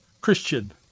Christian